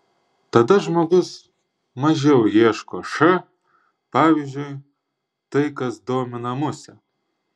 tada žmogus mažiau ieško š pavyzdžiui tai kas domina musę